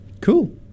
Cool